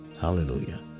Hallelujah